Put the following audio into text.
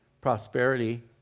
prosperity